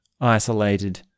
isolated